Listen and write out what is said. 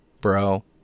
bro